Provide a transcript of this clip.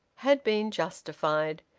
had been justified.